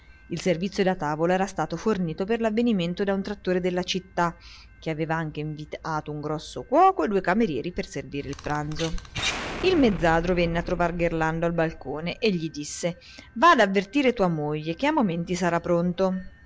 il servizio da tavola era stato fornito per l'avvenimento da un trattore della città che aveva anche inviato un cuoco e due camerieri per servire il pranzo il mezzadro venne a trovar gerlando al balcone e gli disse va ad avvertire tua moglie che a momenti sarà pronto